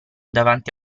davanti